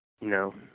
No